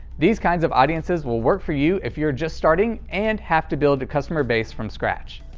these kinds of audiences will work for you if you are just starting and have to build a customer base from scratch.